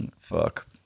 Fuck